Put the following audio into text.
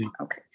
Okay